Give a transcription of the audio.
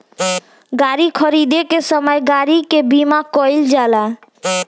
गाड़ी खरीदे के समय गाड़ी के बीमा कईल जाला